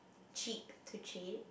cheat to cheap